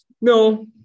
No